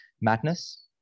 madness